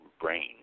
brain